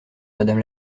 madame